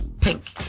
Pink